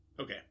Okay